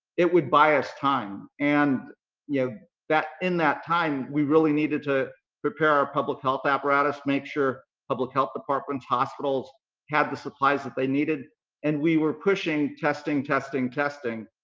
it would buy us time and you know in that time we really needed to prepare our public health apparatus, make sure public health departments, hospitals had the supplies that they needed and we were pushing testing testing, testing.